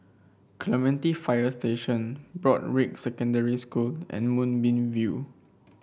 Clementi Fire Station Broadrick Secondary School and Moonbeam View